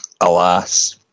alas